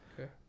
Okay